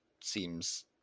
seems